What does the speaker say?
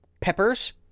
peppers